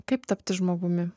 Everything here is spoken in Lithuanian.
kaip tapti žmogumi